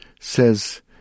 says